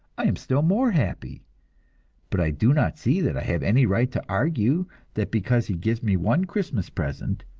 i am still more happy but i do not see that i have any right to argue that because he gives me one christmas present,